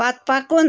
پتھ پکُن